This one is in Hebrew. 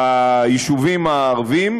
ביישובים הערביים,